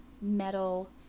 metal